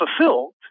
fulfilled